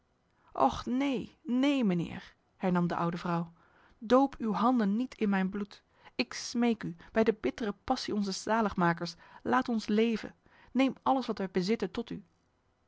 och neen neen mijnheer hernam de oude vrouw doop uw handen niet in mijn bloed ik smeek u bij de bittere passie onzes zaligmakers laat ons leven neem alles wat wij bezitten tot u